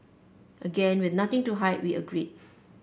again with nothing to hide we agreed